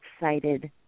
excited